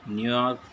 New York